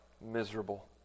miserable